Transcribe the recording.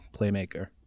playmaker